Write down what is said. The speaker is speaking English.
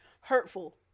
hurtful